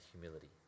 humility